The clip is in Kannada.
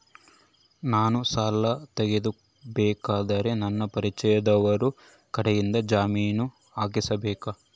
ನಾನು ಸಾಲ ತಗೋಬೇಕಾದರೆ ನನಗ ಪರಿಚಯದವರ ಕಡೆಯಿಂದ ಜಾಮೇನು ಹಾಕಿಸಬೇಕಾ?